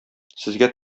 сезгә